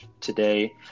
today